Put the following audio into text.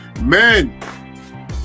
Men